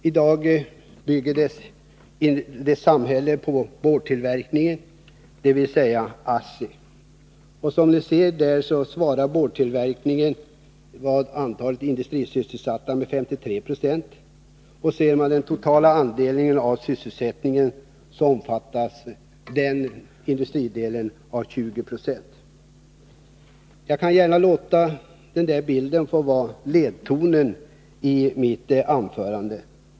I dag är samhället uppbyggt på boardtillverkningen, dvs. ASSI. Som ni ser på bildskärmen svarar boardtillverkningen när det gäller antalet industrisysselsatta för 53 20. Ser man på den totala andelen sysselsatta omfattar den industridelen 20 26. Jag låter denna bild vara ledtonen i mitt anförande.